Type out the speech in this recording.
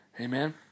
Amen